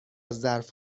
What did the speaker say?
ظرف